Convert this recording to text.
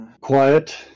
quiet